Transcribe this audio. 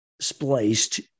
spliced